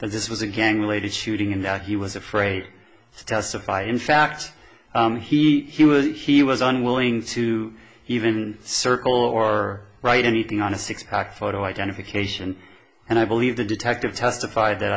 that this was a gang related shooting and that he was afraid to testify in fact he he was he was unwilling to even circle or write anything on a six pack photo identification and i believe the detective testified that